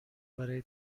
برای